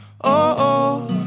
Oh-oh